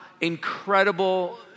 incredible